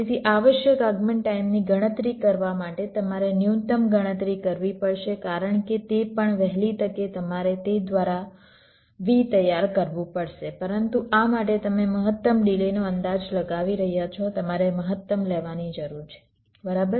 તેથી આવશ્યક આગમન ટાઈમની ગણતરી કરવા માટે તમારે ન્યૂનતમ ગણતરી કરવી પડશે કારણ કે જે પણ વહેલી તકે તમારે તે દ્વારા V તૈયાર કરવું પડશે પરંતુ આ માટે તમે મહત્તમ ડિલેનો અંદાજ લગાવી રહ્યા છો તમારે મહત્તમ લેવાની જરૂર છે બરાબર